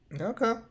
Okay